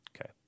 Okay